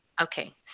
Okay